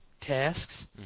tasks